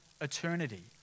eternity